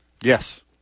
Yes